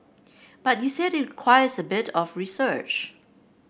but you said it requires a bit of research